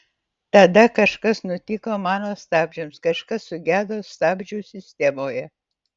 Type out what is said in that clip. tada kažkas nutiko mano stabdžiams kažkas sugedo stabdžių sistemoje